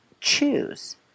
choose